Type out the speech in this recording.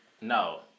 No